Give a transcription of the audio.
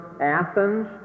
Athens